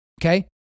okay